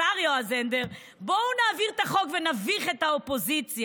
השר יועז הנדל: בואו נעביר את החוק ונביך את האופוזיציה.